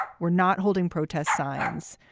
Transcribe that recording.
we're not holding protest signs,